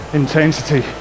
intensity